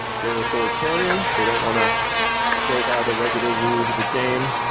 they're authoritarian, they don't want to go by the regular rules of the game,